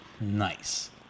Nice